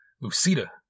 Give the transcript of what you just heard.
Lucida